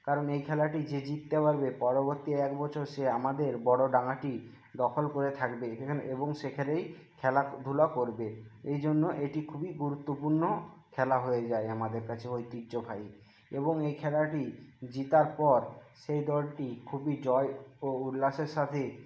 কারণ এই খেলাটি যে জিততে পারবে পরবর্তী এক বছর সে আমাদের বড়ো ডাঙ্গাটি দখল করে থাকবে এবং সেখানেই খেলাধুলা করবে এই জন্য এটি খুবই গুরুত্বপূর্ণ খেলা হয়ে যায় আমাদের কাছে ঐতিহ্যবাহী এবং এই খেলাটি জেতার পর সেই দলটি খুবই জয় ও উল্লাসের সাথেই